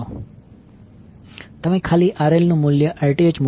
તમે ખાલી RLનું મૂલ્ય Rth મૂક્યું છે અને XL Xth છે